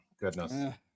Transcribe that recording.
goodness